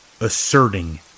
asserting